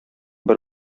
бер